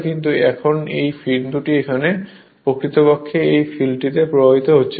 কিন্তু এখন এই বিন্দুটির এখানে প্রকৃতপক্ষে এই ফিল্ডটিতে প্রবাহিত হচ্ছিল